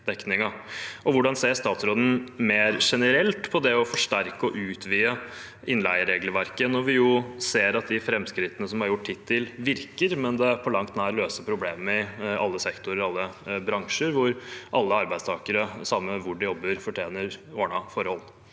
hvordan ser statsråden mer generelt på det å forsterke og utvide innleieregelverket når vi ser at de framskrittene som er gjort hittil, virker, men at det på langt nær løser problemet i alle sektorer og i alle bransjer, hvor alle arbeidstakere – samme hvor de jobber – fortjener ordnede forhold?